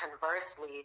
conversely